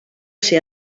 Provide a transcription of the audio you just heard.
ser